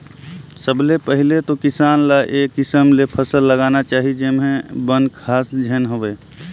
सबले पहिले तो किसान ल ए किसम ले फसल लगाना चाही जेम्हे बन, घास झेन होवे